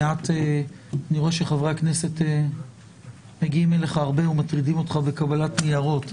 אני רואה שחברי הכנסת מגיעים אליך הרבה ומטרידים אותך בקבלת ניירות,